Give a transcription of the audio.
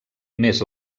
més